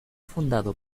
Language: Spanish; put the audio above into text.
fundado